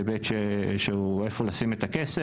בהיבט של איפה לשים את הכסף.